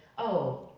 oh,